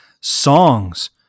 songs